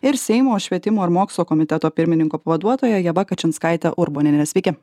ir seimo švietimo ir mokslo komiteto pirmininko pavaduotoja ieva kačinskaite urboniene sveiki